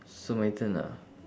so my turn ah